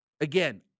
again